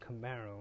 Camaro